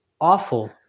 Awful